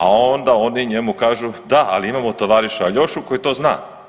A onda oni njemu kažu da, ali imamo tovarišča Aljošu koji to zna.